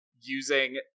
using